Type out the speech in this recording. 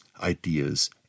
ideas